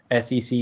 SEC